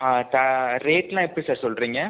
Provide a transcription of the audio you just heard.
sir ரேட்டெலாம் எப்படி sir சொல்கிறீங்க